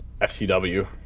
FTW